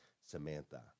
Samantha